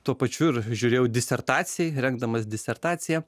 tuo pačiu ir žiūrėjau disertacijai rengdamas disertaciją